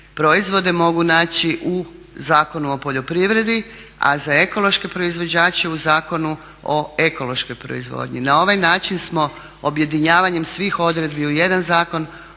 proizvode mogu naći u Zakonu o poljoprivredi, a za ekološke proizvođače u Zakonu o ekološkoj proizvodnji. Na ovaj način smo objedinjavanjem svih odredbi u jedan zakon